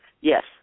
yes